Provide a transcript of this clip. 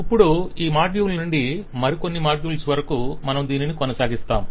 ఇప్పుడు ఈ మాడ్యూల్ నుండి మరికొన్ని మోడ్యూల్స్ వరకు మనము దీనిని కొనసాగిస్తాo